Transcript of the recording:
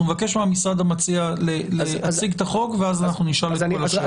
נבקש מהמשרד המציע להציג את החוק ואז נשאל את כל השאלות.